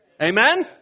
Amen